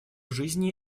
жизни